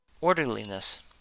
orderliness